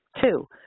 Two